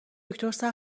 دکتر